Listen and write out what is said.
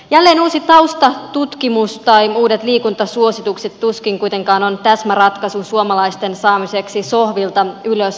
jälleen uusi taustatutkimus tai uudet liikuntasuositukset tuskin kuitenkaan ovat täsmäratkaisu suomalaisten saamiseksi sohvilta ylös lenkkipoluille